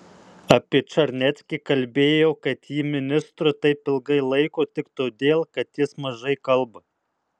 apie čarneckį kalbėjo kad jį ministru taip ilgai laiko tik todėl kad jis mažai kalba